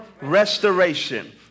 restoration